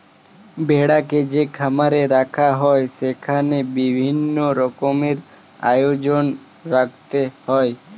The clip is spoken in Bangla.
ভেড়াকে যে খামারে রাখা হয় সেখানে বিভিন্ন রকমের আয়োজন রাখতে হয়